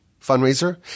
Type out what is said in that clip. fundraiser